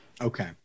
okay